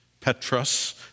Petrus